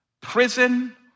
prison